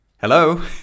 Hello